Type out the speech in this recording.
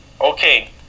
okay